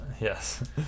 Yes